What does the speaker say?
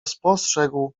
spostrzegł